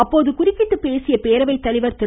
அப்போது குறுக்கிட்டு பேசிய பேரவைத்தலைவர் திரு